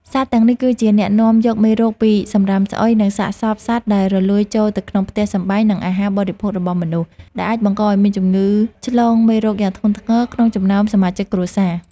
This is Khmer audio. សត្វទាំងនេះគឺជាអ្នកនាំយកមេរោគពីសម្រាមស្អុយ និងសាកសពសត្វដែលរលួយចូលទៅក្នុងផ្ទះសម្បែង និងអាហារបរិភោគរបស់មនុស្ស ដែលអាចបង្កឱ្យមានជំងឺឆ្លងមេរោគយ៉ាងធ្ងន់ធ្ងរក្នុងចំណោមសមាជិកគ្រួសារ។